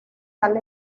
tal